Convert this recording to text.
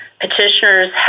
petitioners